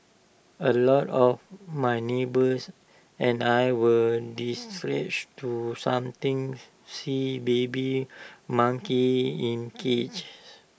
A lot of my neighbours and I were distraught to somethings see baby monkeys in cages